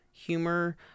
humor